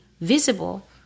visible